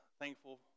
thankful